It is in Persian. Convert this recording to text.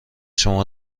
شما